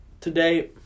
today